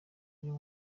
uyu